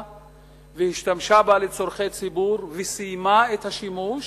והשתמשה בה לצורכי ציבור וסיימה את השימוש,